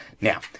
now